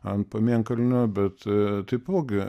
ant pamėnkalnio bet taipogi